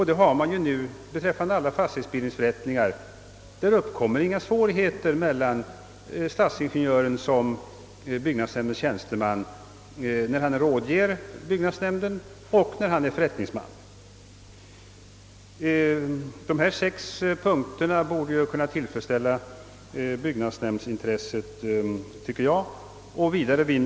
Det har man nu också beträffande alla fastighetsbildningsförrättningar. Där uppstår inga pliktkollisioner för stadsingenjören vare sig han som byggnadsnämndens tjänsteman har att lämna byggnadsnämnden råd eller han är förrättningsman. Dessa sex punkter tycker jag borde tillfredsställa dem som anser sig tala för byggnadsnämndens intressen.